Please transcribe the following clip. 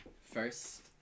first